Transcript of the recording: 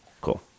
Cool